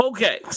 Okay